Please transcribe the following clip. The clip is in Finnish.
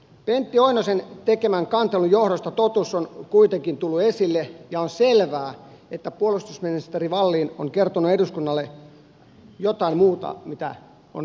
pentti oinosen tekemän kantelun johdosta totuus on kuitenkin tullut esille ja on selvää että puolustusministeri wallin on kertonut eduskunnalle jotain muuta kuin mitä on